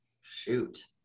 shoot